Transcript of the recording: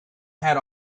had